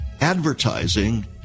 advertising